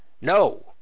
No